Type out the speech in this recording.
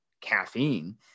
caffeine